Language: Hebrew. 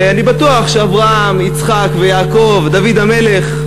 ואני בטוח שאברהם, יצחק ויעקב, דוד המלך,